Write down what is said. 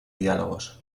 diálogos